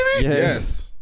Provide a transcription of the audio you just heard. Yes